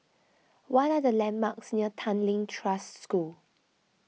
what are the landmarks near Tanglin Trust School